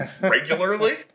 regularly